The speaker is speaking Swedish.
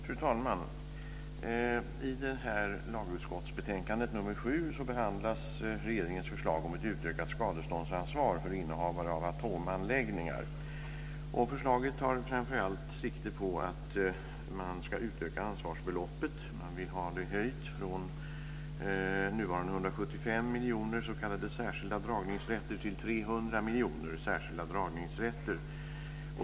Fru talman! I lagutskottets betänkande nr 7 behandlas regeringens förslag om ett utökat skadeståndsansvar för innehavare av atomanläggningar. Förslaget tar framför allt sikte på att man ska utöka ansvarsbeloppet. Man vill ha det höjt från nuvarande miljoner särskilda dragningsrätter.